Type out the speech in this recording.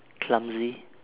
clumsy